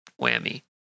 whammy